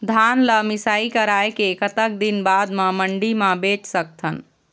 धान ला मिसाई कराए के कतक दिन बाद मा मंडी मा बेच सकथन?